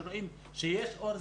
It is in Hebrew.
שרואים שיש אור,